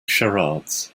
charades